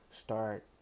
start